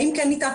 האם כן ניתן?